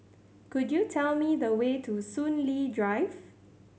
could you tell me the way to Soon Lee Drive